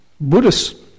Buddhists